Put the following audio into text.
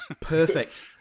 Perfect